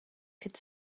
could